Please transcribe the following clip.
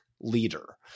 leader